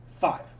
five